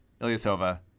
Ilyasova